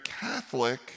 Catholic